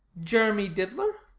jeremy diddler?